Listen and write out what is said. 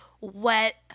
wet